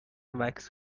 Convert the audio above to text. وکس